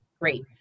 Great